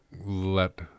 let